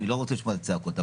אני לא רוצה לשמוע את הצעקות.